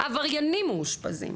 עבריינים מאושפזים.